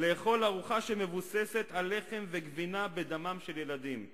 "לאכול ארוחה שמבוססת על לחם וגבינה בדמם של ילדים".